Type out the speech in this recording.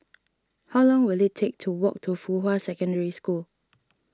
how long will it take to walk to Fuhua Secondary School